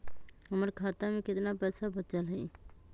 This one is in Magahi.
हमर खाता में केतना पैसा बचल हई?